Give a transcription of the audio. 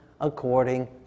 according